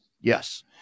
Yes